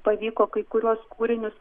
pavyko kai kuriuos kūrinius